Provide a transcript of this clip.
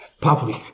public